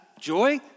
joy